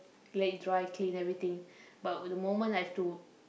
let it dry clean everything but the moment I have to